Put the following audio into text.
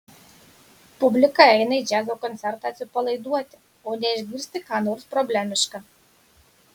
publika eina į džiazo koncertą atsipalaiduoti o ne išgirsti ką nors problemiška